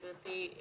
גבירתי,